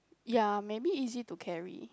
ya maybe easy to carry